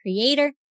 creator